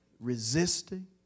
resisting